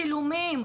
צילומים,